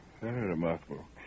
remarkable